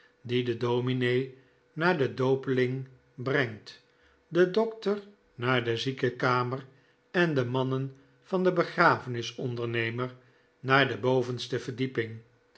die den dominee naar den doopeling brengt den dokter naar de ziekenkamer en de mannen van den begrafenisondernemer naar de bovenste verdieping